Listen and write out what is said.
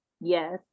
Yes